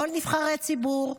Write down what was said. לא נבחרי ציבור,